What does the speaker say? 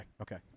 okay